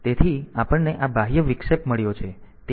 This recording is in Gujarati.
તેથી આપણને આ બાહ્ય વિક્ષેપ મળ્યો છે